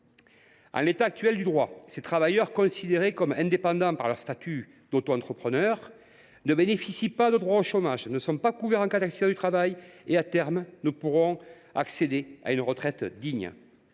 En l’état actuel du droit, ces travailleurs, considérés comme indépendants du fait de leur statut d’autoentrepreneur, ne bénéficient pas de droits au chômage, ils ne sont pas couverts en cas d’accidents du travail et, à terme, ils ne pourront pas accéder à une retraite digne.